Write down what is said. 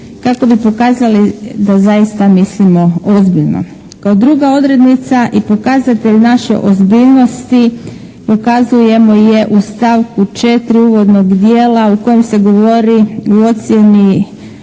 kako bi pokazali da zaista mislimo ozbiljno. Kao druga odrednica i pokazatelj naše ozbiljnosti pokazujemo je u stavku 4. uvodnog dijela u kojem se govori o ocjeni